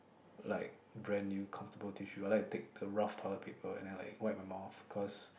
like brand new comfortable tissue I like to take the rough toilet paper and then like wipe my mouth cause